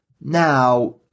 Now